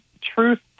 truth